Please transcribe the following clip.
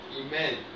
Amen